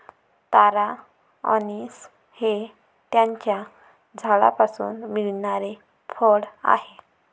तारा anise हे त्याच्या झाडापासून मिळणारे फळ आहे